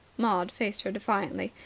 maud faced her defiantly.